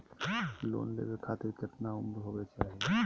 Loan लेवे खातिर केतना उम्र होवे चाही?